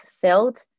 fulfilled